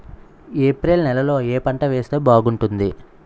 April నెలలో ఏ పంట వేస్తే బాగుంటుంది?